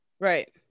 Right